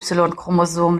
chromosom